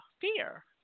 fear